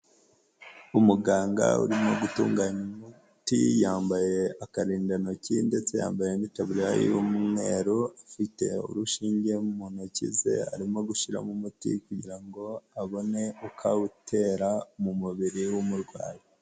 Umuganga urimo gutunganya umuti, yambaye akarindantoki ndetse yambaye n'itaburiya y'umweru, afite urushinge mu ntoki ze arimo gushyiramo umuti kugira ngo abone uko awutera mu mubiri w'umurwayi.